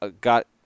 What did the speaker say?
got